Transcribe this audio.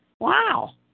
Wow